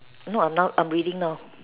no I'm now I'm reading now